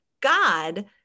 God